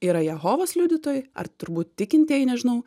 yra jehovos liudytojai ar turbūt tikintieji nežinau